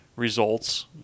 results